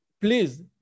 Please